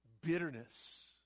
bitterness